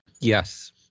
Yes